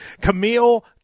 Camille